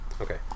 Okay